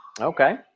Okay